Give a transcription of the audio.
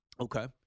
Okay